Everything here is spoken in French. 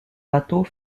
bateaux